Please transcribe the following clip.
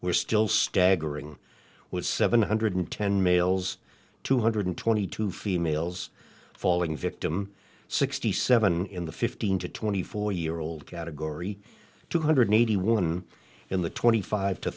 were still staggering with seven hundred ten males two hundred twenty two females falling victim sixty seven in the fifteen to twenty four year old category two hundred eighty one in the twenty five to